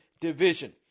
Division